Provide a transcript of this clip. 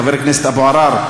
חבר הכנסת אבו עראר,